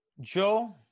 Joe